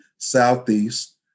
Southeast